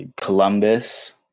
Columbus